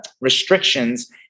restrictions